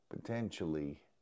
potentially